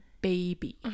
baby